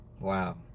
Wow